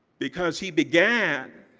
because he began